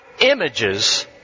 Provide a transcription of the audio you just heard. images